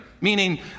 meaning